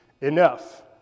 enough